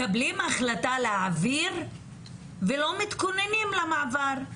מקבלים החלטה להעביר ולא מתכוננים למעבר.